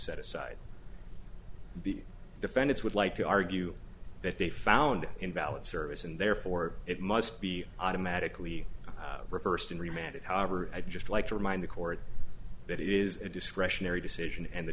set aside the defend its would like to argue that they found invalid service and therefore it must be automatically reversed and remanded however i'd just like to remind the court that it is a discretionary decision and the